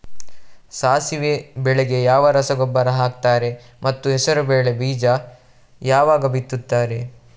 ಸಾಸಿವೆ ಬೆಳೆಗೆ ಯಾವ ರಸಗೊಬ್ಬರ ಹಾಕ್ತಾರೆ ಮತ್ತು ಹೆಸರುಬೇಳೆ ಬೀಜ ಯಾವಾಗ ಬಿತ್ತುತ್ತಾರೆ?